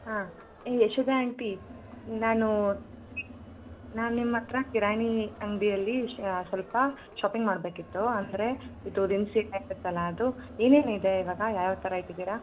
ಹಾಂ ಏ ಯಶೋದಾ ಆಂಟಿ ನಾನು ನಾನು ನಿಮ್ಮ ಹತ್ರ ಕಿರಾಣಿ ಅಂಗಡಿಯಲ್ಲಿ ಸ್ವಲ್ಪ ಶಾಪಿಂಗ್ ಮಾಡಬೇಕಿತ್ತು ಅಂದರೆ ಇದು ದಿನಸಿ ಅದು ಏನೇನು ಇದೆ ಇವಾಗ ಯಾವ್ಯಾವ ಥರ ಇಟ್ಟಿದ್ದೀರಾ